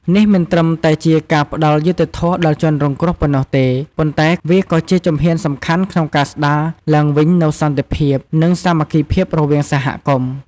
នេះមិនត្រឹមតែជាការផ្តល់យុត្តិធម៌ដល់ជនរងគ្រោះប៉ុណ្ណោះទេ ប៉ុន្តែវាក៏ជាជំហានសំខាន់ក្នុងការស្តារឡើងវិញនូវសន្តិភាព និងសាមគ្គីភាពរវាងសហគមន៍។